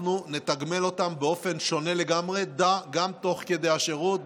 אנחנו נתגמל אותם באופן שונה לגמרי גם תוך כדי השירות,